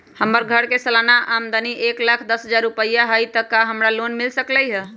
हमर घर के सालाना आमदनी एक लाख दस हजार रुपैया हाई त का हमरा लोन मिल सकलई ह?